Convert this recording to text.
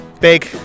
Big